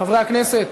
חברי הכנסת.